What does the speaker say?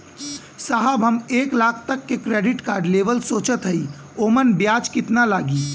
साहब हम एक लाख तक क क्रेडिट कार्ड लेवल सोचत हई ओमन ब्याज कितना लागि?